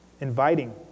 inviting